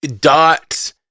Dot